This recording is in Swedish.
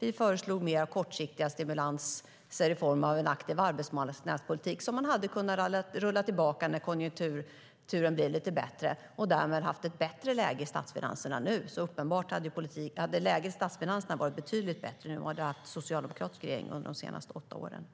Vi föreslog mer kortsiktiga stimulanser i form av en aktiv arbetsmarknadspolitik, som man hade kunnat rulla tillbaka när konjunkturen blev lite bättre och därmed nu haft ett bättre läge i statsfinanserna. Uppenbarligen hade läget i statsfinanserna varit betydligt bättre om vi hade haft en socialdemokratisk regering under de senaste åtta åren.